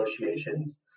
negotiations